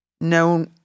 No